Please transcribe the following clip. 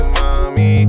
mommy